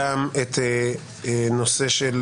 גם את הנושא של